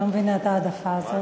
אני לא מבינה את ההעדפה הזאת.